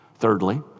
Thirdly